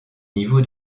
niveau